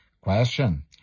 Question